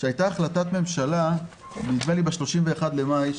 שהייתה החלטת ממשלה נדמה לי ב-31 למאי,